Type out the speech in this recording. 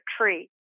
tree